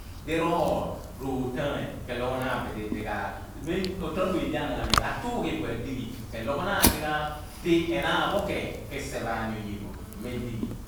Oliroogh rotaany ke logho naan bidi dighaagh, eni tro tro oye di ana ghan ipho atuugh idun bin adighi. Adoghonaan dighaagh di mo enaan pho k seep pha ani nyina oye pho medighi.